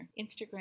Instagram